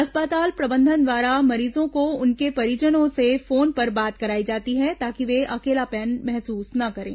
अस्पताल प्रबंधन द्वारा मरीजों को उनके परिजनों से फोन पर बात कराई जाती है ताकि वे अकेलापन न महसूस न करे